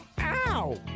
Ow